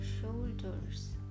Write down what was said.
shoulders